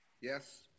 Yes